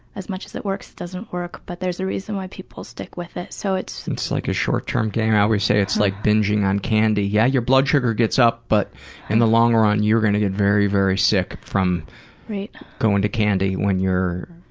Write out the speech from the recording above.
as much as it works, doesn't work. but there's a reason why people stick with it. so it's like a short-term gain, ah it's like binging on candy. yeah, your blood sugar gets up but in the long run you're going to get very, very sick from going to candy when you're